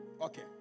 Okay